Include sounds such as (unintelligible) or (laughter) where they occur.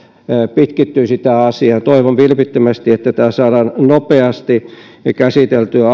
pitkittyisi toivon vilpittömästi että tämä asia saadaan nopeasti käsiteltyä (unintelligible)